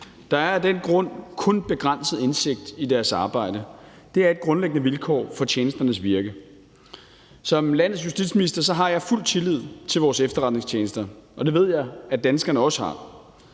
Der er af den grund kun begrænset indsigt i deres arbejde. Det er et grundlæggende vilkår for tjenesternes virke. Som landets justitsminister har jeg fuld tillid til vores efterretningstjenester, og det ved jeg at danskerne også har.